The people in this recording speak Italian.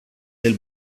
del